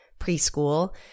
preschool